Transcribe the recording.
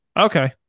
Okay